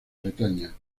bretaña